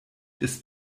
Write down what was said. ist